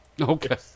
Okay